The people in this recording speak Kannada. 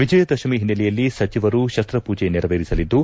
ವಿಜಯದಶಮಿ ಹಿನ್ನೆಲೆಯಲ್ಲಿ ಸಚಿವರು ಶಸ್ತ ಪೂಜೆ ನೆರವೇರಿಸಲಿದ್ದು